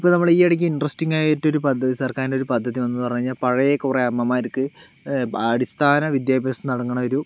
ഇപ്പോൾ നമ്മൾ ഈ ഇടയ്ക്ക് ഇൻട്രസ്റ്റിങ്ങായിട്ട് ഒരു പദ്ധതി സർക്കാരിൻറെ ഒരു പദ്ധതി വന്നതെന്ന് പറഞ്ഞു കഴിഞ്ഞാൽ പഴയ കുറെ അമ്മമാർക്ക് അടിസ്ഥാന വിദ്യാഭ്യാസം നൽകണ ഒരു